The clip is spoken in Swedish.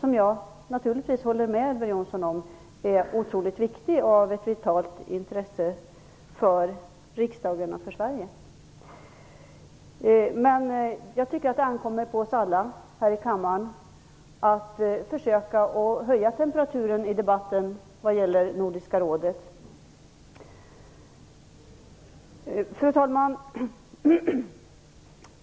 Jag håller naturligtvis med Elver Jonsson om att den är mycket viktig och av vitalt intresse för riksdagen och för Sverige. Jag tycker att det ankommer på oss alla här i kammaren att försöka höja temperaturen i debatten när det gäller Fru talman!